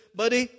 buddy